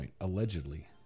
allegedly